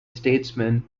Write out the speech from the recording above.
statesman